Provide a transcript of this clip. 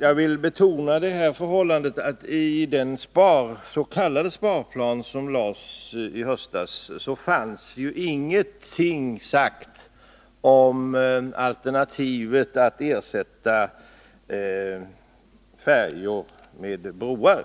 Jag vill betona att i den s.k. sparplan som lades fram i höstas sades ingenting om alternativet att ersätta färjor med broar.